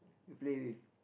to play with